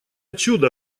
чудо